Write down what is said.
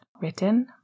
written